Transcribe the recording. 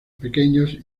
pequeños